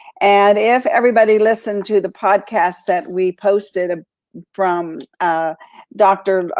and if everybody listened to the podcasts that we posted ah from ah dr.